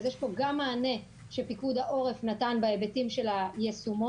אז יש פה גם מענה שפיקוד העורף נתן בהיבטים של היישומון,